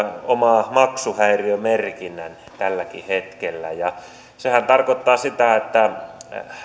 omaa maksuhäiriömerkinnän tälläkin hetkellä sehän tarkoittaa sitä että